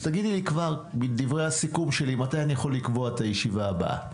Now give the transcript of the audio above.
אז תגידי לי כבר בדברי הסיכום שלי מתי אני יכול לקבוע את הישיבה הבאה?